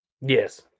Yes